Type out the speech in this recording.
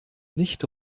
nicht